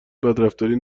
بدرفتاری